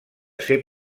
ser